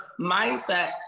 mindset